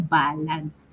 balance